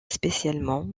spécialement